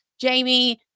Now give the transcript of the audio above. jamie